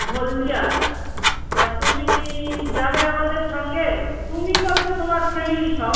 হলদিয়ায় তা তুমি যাবে আমাদের সঙ্গে তুমি বলতে তোমার ফ্যামিলি সব